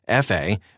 FA